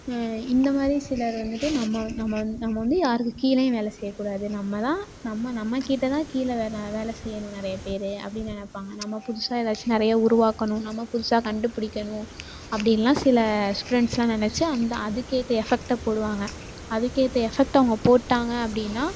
இந்த மாரி சிலர் வந்துட்டு நம்ம நம்ம நம்ம வந்து யாருக்கு கீழேயும் வேல செய்யக் கூடாது நம்ம தான் நம்ம நம்மக்கிட்டதான் கீழே வேலை வேலை செய்யணும் நிறைய பேர் அப்படின்னு நினப்பாங்க நம்ம புதுசா ஏதாச்சும் நிறைய உருவாக்கணும் நம்ம புதுசா கண்டுபிடிக்கணும் அப்படிலாம் சிலர் ஃப்ரெண்ட்ஸ்லாம் நெனைச்சு அந்த அதுக்கு ஏற்ற எஃபெக்ட்டை போடுவாங்க அதுக்கு ஏற்ற எஃபெக்ட் அவங்க போட்டாங்க அப்படின்னா